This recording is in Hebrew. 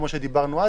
כמו שדיברנו,